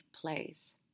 place